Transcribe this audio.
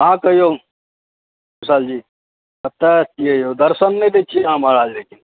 अहाँ कहियौ विशाल जी कत की यै यो दर्शन नहि दै छियै महाराज लेकिन